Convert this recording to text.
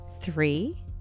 three